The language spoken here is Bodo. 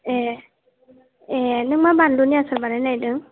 ए ए नों मा बानलुनि आसार बानायनो नागिरदों